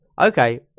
Okay